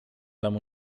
tam